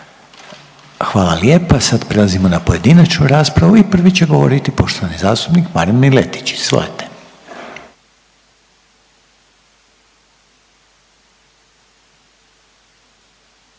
Hvala lijepa. Sad prelazimo na pojedinačnu raspravu i prvi će govoriti poštovani zastupnik Marin Miletić, izvolite.